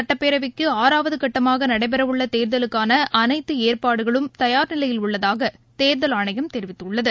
சட்டப்பேரவைக்குஆறாவதுகட்டமாகநளடபெறவுள்ளதேர்தலுக்கானஅனைத்தஏற்பாடுகளும் மேற்குவங்க தயார் நிலையில் உள்ளதாகதோதல் ஆணையம் தெரிவித்துள்ளது